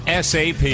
SAP